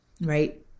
right